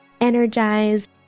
energized